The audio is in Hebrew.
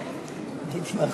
הייתי מאחור.